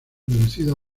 reducida